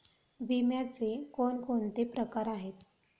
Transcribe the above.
विम्याचे कोणकोणते प्रकार आहेत?